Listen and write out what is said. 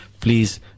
please